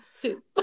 two